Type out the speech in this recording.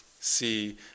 see